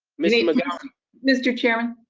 miss mcgowan mr. chairman?